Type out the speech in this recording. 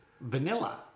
vanilla